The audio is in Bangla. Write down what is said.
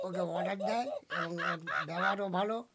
ওকে অর্ডার দেয় এবং ওর ব্যবহারও ভালো